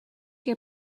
your